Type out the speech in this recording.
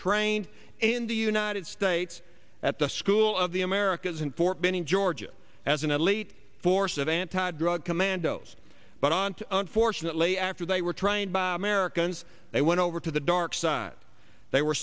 trained in the united states at the school of the americas in fort benning georgia as an elite force of anti drug commandos but ont unfortunately after they were trained by americans they went over to the dark side they were